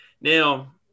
Now